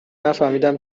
نفهمیدیم